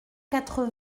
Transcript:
quatre